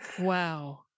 Wow